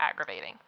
aggravating